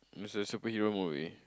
it's a superhero movie